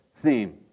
theme